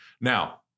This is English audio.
Now